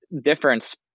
difference